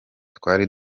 twari